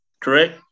Correct